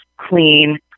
clean